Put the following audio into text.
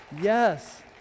yes